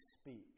speak